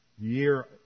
year